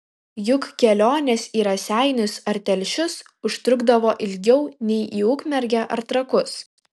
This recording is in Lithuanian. juk kelionės į raseinius ar telšius užtrukdavo ilgiau nei į ukmergę ar trakus